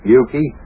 Yuki